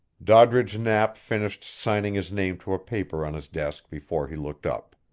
doddridge knapp finished signing his name to a paper on his desk before he looked up.